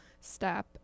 step